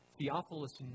Theophilus